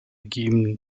geben